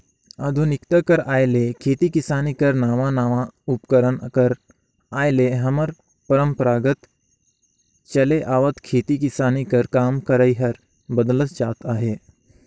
आधुनिकता कर आए ले खेती किसानी कर नावा नावा उपकरन कर आए ले हमर परपरागत चले आवत खेती किसानी कर काम करई हर बदलत जात अहे